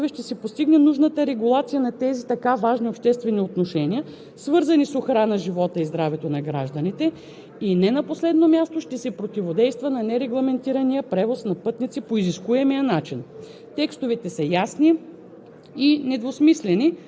Считам, че по този начин сме предложили текстове, които, на първо място, отговарят на целта, която преследваме. На второ място, чрез така предложените текстове, ще се постигне нужната регулация на тези така важни обществени отношения, свързани с охрана на живота и здравето на гражданите,